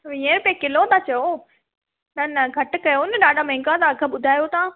वीह रुपिए किलो था चओ न न घटि कयो ना ॾाढा मांहगा तव्हां अघु ॿुधायो था